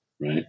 right